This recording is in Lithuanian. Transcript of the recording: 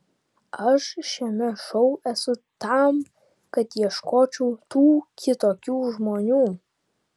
aš šiame šou esu tam kad ieškočiau tų kitokių žmonių